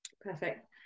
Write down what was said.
perfect